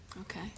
Okay